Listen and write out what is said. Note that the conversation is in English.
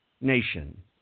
nation